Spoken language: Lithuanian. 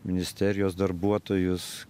ministerijos darbuotojus